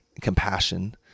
compassion